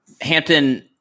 Hampton